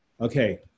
Okay